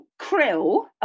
Krill